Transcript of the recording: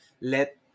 let